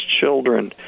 children